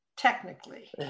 Technically